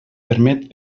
permet